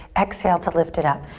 exhale to lift it up.